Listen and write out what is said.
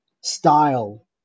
style